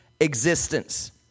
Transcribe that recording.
existence